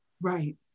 Right